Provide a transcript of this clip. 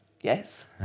Yes